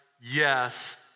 yes